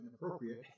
inappropriate